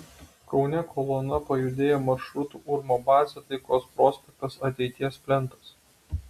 kaune kolona pajudėjo maršrutu urmo bazė taikos prospektas ateities plentas